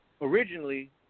Originally